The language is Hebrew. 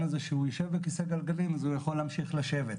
הזה שהוא יושב בכיסא גלגלים אז הוא יכול להמשיך לשבת.